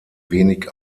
wenig